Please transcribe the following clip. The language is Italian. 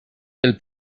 del